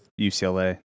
UCLA